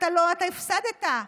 אתה הפסדת,